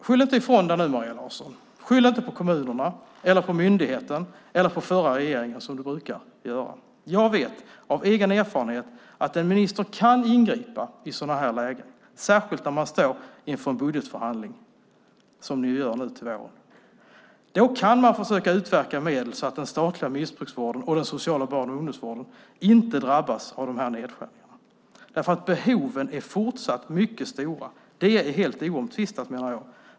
Skyll inte ifrån dig nu, Maria Larsson! Skyll inte på kommunerna, på myndigheten eller på förra regeringen som du brukar göra! Jag vet av egen erfarenhet att en minister kan ingripa i sådana här lägen, särskilt när man står inför en budgetförhandling som ni gör nu till våren. Då kan man försöka utverka medel så att den statliga missbrukarvården och den sociala barn och ungdomsvården inte drabbas av de här nedskärningarna. Behoven är fortsatt mycket stora. Det är helt oomtvistat, menar jag.